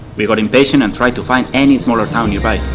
we but impatient, and tried to find any smaller town nearby.